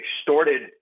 extorted